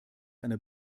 einer